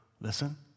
listen